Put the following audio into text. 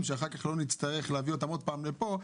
שאחר כך לא נצטרך להביא אותם עוד פעם לפה.